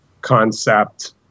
concept